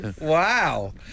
Wow